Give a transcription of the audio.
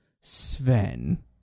Sven